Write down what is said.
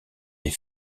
est